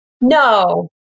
No